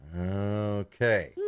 okay